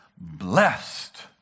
blessed